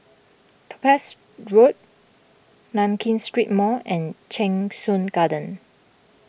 Topaz Road Nankin Street Mall and Cheng Soon Garden